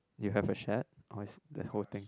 you have a shed or it's the whole thing